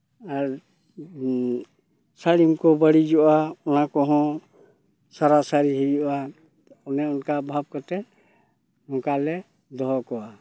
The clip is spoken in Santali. ᱟᱨ ᱥᱟᱲᱤᱢ ᱠᱚ ᱵᱟᱹᱲᱤᱡᱚᱜᱼᱟ ᱚᱱᱟ ᱠᱚᱦᱚᱸ ᱥᱟᱨᱟᱼᱥᱟᱨᱤ ᱦᱩᱭᱩᱜᱼᱟ ᱚᱱᱮ ᱚᱱᱠᱟ ᱵᱷᱟᱵ ᱠᱟᱛᱮ ᱱᱚᱝᱠᱟ ᱞᱮ ᱫᱚᱦᱚ ᱠᱚᱣᱟ